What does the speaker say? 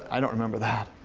i don't remember that.